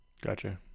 gotcha